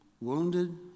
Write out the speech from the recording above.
wounded